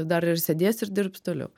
dar ir sėdės ir dirbs toliau